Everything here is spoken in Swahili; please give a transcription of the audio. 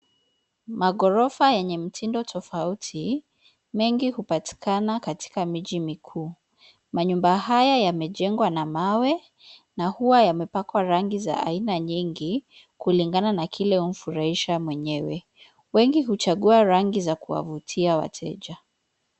Magorofa yenye mtindo tofauti mengi hupatikana katika miji mikuu. Manyumba haya yamejengwa na mawe na huwa yamepakwa rangi za aina nyingi kulingana na kile humfurahisha mwenyewe. Wengi huchagua rangi za kuwavutia wateja.